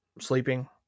sleeping